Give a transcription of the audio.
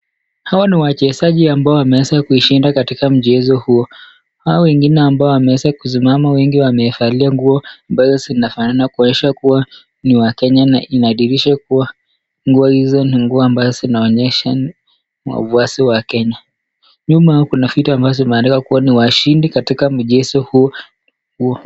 Hawa ni wachezaji ambao wameweza kuishinda katika mchezo huo. Hao wengine na ambao wameweza kusimama wengi wamevalia nguo ambazo zinafanana kuonyesha kuwa ni wakenya na inadhihirisha kuwa nguo hizo ni nguo ambazo zinaonyesha mavazi wa kenya .Nyuma yao kuna vitu zimeandikwa ni washindi katika mchezo huo.